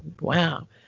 Wow